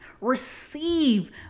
Receive